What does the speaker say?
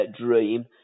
Dream